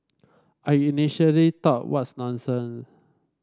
I initially thought what nonsen